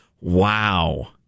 Wow